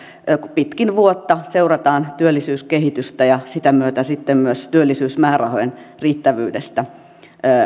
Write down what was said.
pitkin vuotta seurataan työllisyyskehitystä ja sitä myötä sitten myös työllisyysmäärärahojen riittävyydestä